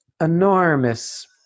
enormous